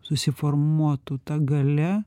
susiformuotų ta galia